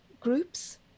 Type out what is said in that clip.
groups